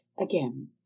again